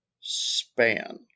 span